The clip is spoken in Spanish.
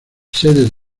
sedes